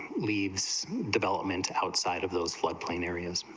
leaves development outside of those flood plain areas